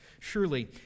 Surely